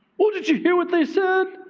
well did you hear what they said?